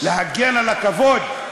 להגן על הכבוד,